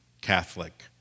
Catholic